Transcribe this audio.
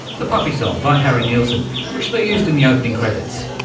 the puppy song by harry nilsson which they used in the opening credits.